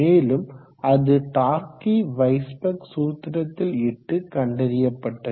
மேலும் அது Darcy Weisbach Darcy-Weisbach சூத்திரத்தில் இட்டு கண்டறியப்பட்டது